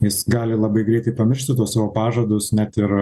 jis gali labai greitai pamiršti tuos savo pažadus net ir